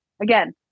again